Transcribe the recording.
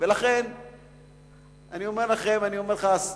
לא טוב המכבים?